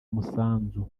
musanzu